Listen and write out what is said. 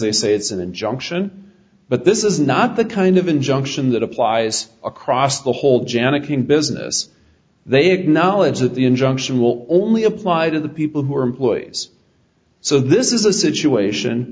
they say it's an injunction but this is not the kind of injunction that applies across the whole janick in business they acknowledge that the injunction will only apply to the people who are employees so this is a situation